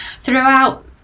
Throughout